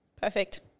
perfect